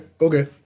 Okay